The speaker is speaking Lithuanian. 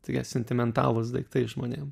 tokie sentimentalūs daiktai žmonėm